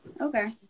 Okay